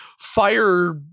fire